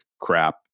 crap